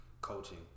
coaching